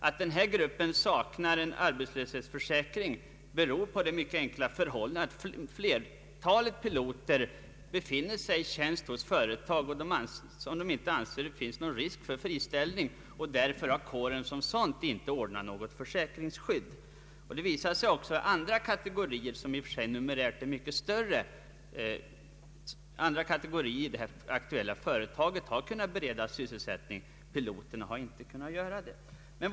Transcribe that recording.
Att denna grupp saknar arbetslöshetsförsäkring beror på det mycket enkla förhållandet att flertalet piloter har tjänst hos företag, där de inte anser att det föreligger någon risk för friställning. Därför har kåren som sådan inte ordnat något försäkringsskydd. Det har visat sig att andra, numerärt större kategorier i det här aktuella företaget har kunnat beredas annan sysselsättning. Piloterna har inte kunnat det.